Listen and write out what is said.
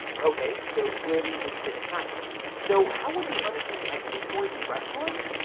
okay so clearly this didn't happen so how would the uncanny x-men story be retconned?